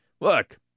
Look